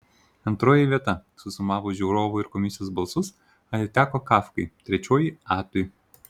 antroji vieta susumavus žiūrovų ir komisijos balsus atiteko kafkai trečioji atui